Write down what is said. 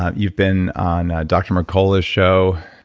ah you've been on dr. mercola's show,